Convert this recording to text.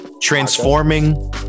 transforming